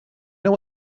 know